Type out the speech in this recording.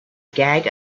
gag